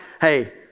hey